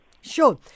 Sure